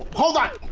hold on,